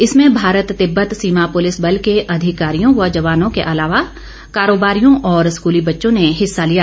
इसमें भारत तिब्बत सीमा पुलिस बल के अधिकारियों व जवानों के अलावा कारोबारियों और स्कूली बच्चों ने हिस्सा लिया